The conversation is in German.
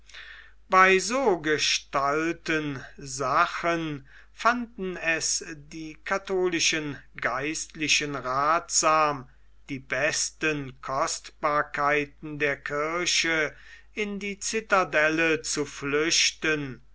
bei so gestalten sachen fanden es die katholischen geistlichen rathsam die besten kostbarkeiten der kirchen in die citadelle zu flüchten